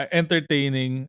entertaining